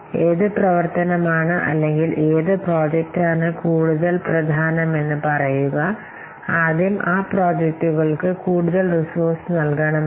ഏത് പ്രവർത്തനമാണ് അല്ലെങ്കിൽ ഏത് പ്രോജക്റ്റാണ് കൂടുതൽ പ്രധാനമെന്ന് പറയുക ആദ്യം ആ പ്രോജക്റ്റുകൾക്ക് കൂടുതൽ റിസോഴ്സ് നൽകണമെന്ന് പറയുക